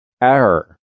Error